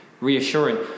reassuring